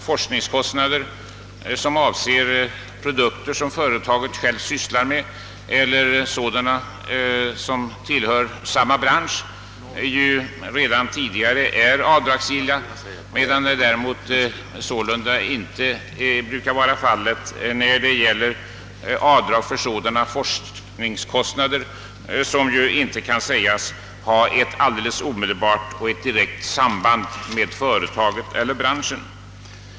Forskningskostnader, avseende produkter som företaget självt sysslar med eller som tillhör samma bransch, är ju redan tidigare avdragsgilla. Däremot brukar inte avdrag beviljas för sådana forskningskostnader som inte kan sägas ha ett omedelbart samband med företaget eller branschen.